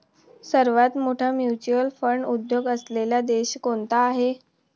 सर्वात मोठा mutual fund उद्योग असलेला देश कोणता आहे?